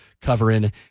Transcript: covering